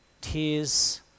Tears